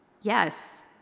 Yes